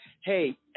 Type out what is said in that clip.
hey